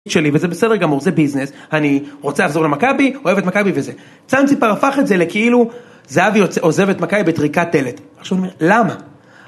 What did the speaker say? שלי וזה בסדר גמור, זה ביזנס, אני רוצה לחזור למכבי, אוהב את מכבי וזה. ציינציפר הפך את זה לכאילו זהבי עוזב את מכבי בטריקת דלת. עכשיו אני אומר למה?